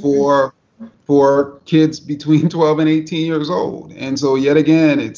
for for kids between twelve and eighteen years old. and so, yet again,